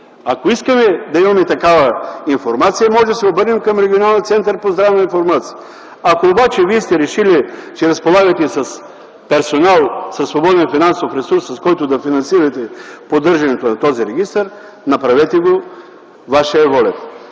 Ако искаме да имаме такава информация, можем да се обърнем към Регионалния център по здравна информация. Ако обаче вие сте решили, че разполагате с персонал, със свободен финансов ресурс, с който да финансирате поддържането на този регистър – направете го, ваша е волята.